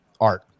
art